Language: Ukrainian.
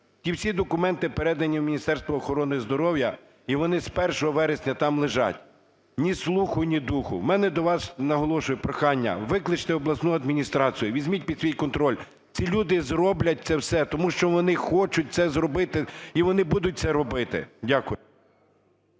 Ці всі документи передані в Міністерство охорони здоров’я, і вони з 1 вересня там лежать. Ні слуху, ні духу. В мене до вас, наголошую, прохання. Викличте обласну адміністрацію, візьміть під свій контроль. Ці люди зроблять це все, тому що вони хочуть це зробити і вони будуть це робити. Дякую.